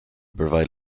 provide